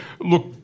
look